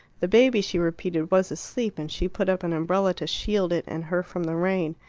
the baby, she repeated, was asleep, and she put up an umbrella to shield it and her from the rain.